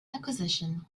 acquisition